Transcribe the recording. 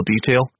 detail